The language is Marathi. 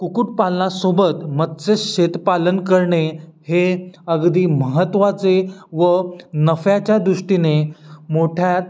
कुकुटपालनासोबत मत्स्य शेतपालन करणे हे अगदी महत्त्वाचे व नफ्याच्या दृष्टीने मोठ्या